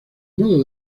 modo